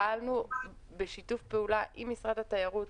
פעלנו בשיתוף פעולה עם משרד התיירות,